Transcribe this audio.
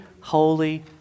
holy